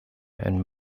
and